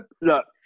look